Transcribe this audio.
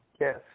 Yes